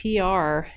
TR